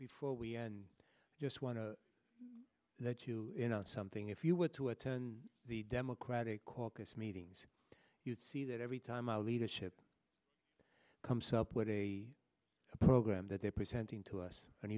before we end just want to let you in on something if you were to attend the democratic caucus meetings you'd see that every time our leadership comes up with a program that they're presenting to us a